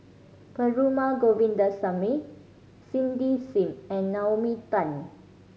Perumal Govindaswamy Cindy Sim and Naomi Tan